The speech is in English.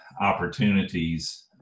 opportunities